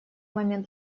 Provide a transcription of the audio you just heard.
момент